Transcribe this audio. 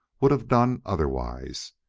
would have done otherwise?